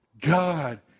God